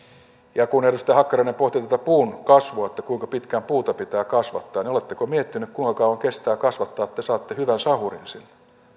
ja kun edustaja hakkarainen pohti tätä puun kasvua kuinka pitkään puuta pitää kasvattaa niin oletteko miettinyt kuinka kauan kestää kasvattaa että te saatte hyvän sahurin sinne